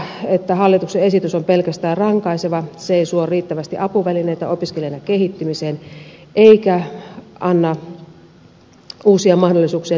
katsomme että hallituksen esitys on pelkästään rankaiseva se ei suo riittävästi apuvälineitä opiskelijana kehittymiseen eikä anna uusia mahdollisuuksia niin kuin pitäisi